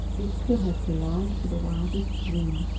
it could have belonged to the wildest dream.